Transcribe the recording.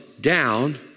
down